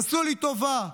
עשו לי טובה.